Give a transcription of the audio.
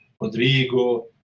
Rodrigo